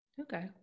Okay